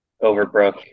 Overbrook